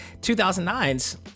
2009's